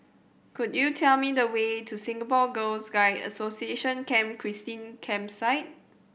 could you tell me the way to Singapore Girls Guide Association Camp Christine Campsite